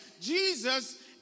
Jesus